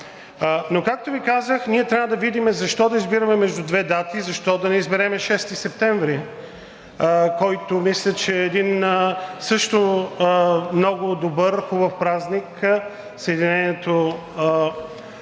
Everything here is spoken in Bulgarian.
Но както Ви казах, ние трябва да видим защо да избираме между две дати, защо да не изберем 6 септември, който мисля, че е един също много добър, хубав празник – Съединението.